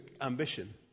ambition